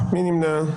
מי נמנע?